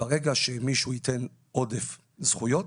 ברגע שמישהו ייתן עודף זכויות,